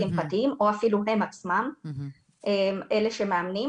פרטיים או אפילו הם עצמם אלה שמאמנים.